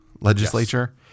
legislature